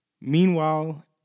Meanwhile